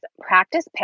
practice